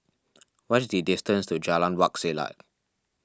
what is the distance to Jalan Wak Selat